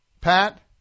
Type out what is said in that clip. Pat